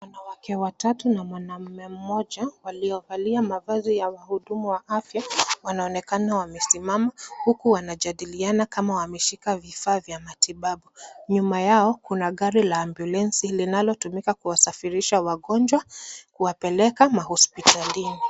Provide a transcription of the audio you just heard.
Wanawake watatu na mwanamume mmoja waliovalia mavazi ya wahudumu wa afya wanaonekana wamesimama huku wanajadiliana kama wameshika vifaa vya matibabu nyuma yao kuna gari la ambyulensi linalotumika kuwasafirisha wagonjwa kuwapeleka mahospitalini.